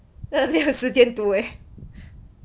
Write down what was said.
then 没有时间读 leh